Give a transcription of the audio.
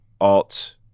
alt